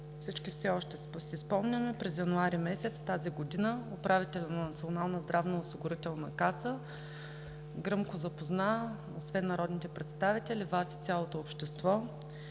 всички си спомняме – през януари месец тази година управителят на Националната здравноосигурителна каса гръмко запозна, освен народните представители, Вас и цялото общество,